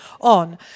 on